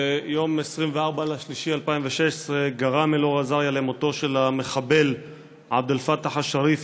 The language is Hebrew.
ביום 24 במרס 2016 גרם אלאור אזריה למותו של המחבל עבד אל-פתאח א-שריף,